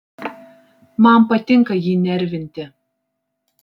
man patinka jį nervinti